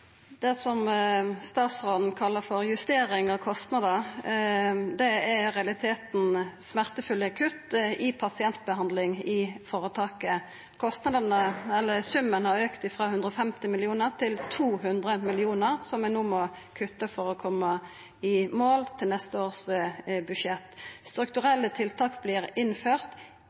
Det som statsråden kallar for justering av kostnader, er i realiteten smertefulle kutt i pasientbehandling i føretaket. Summen har auka frå 150 mill. kr til 200 mill. kr, som vi no må kutta for å koma i mål til neste års budsjett. Strukturelle tiltak